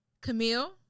camille